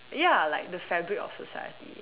ya like the fabric of society